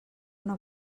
una